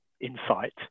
insight